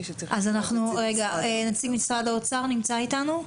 נציג משרד האוצר נמצא איתנו?